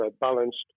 balanced